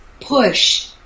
push